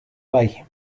bai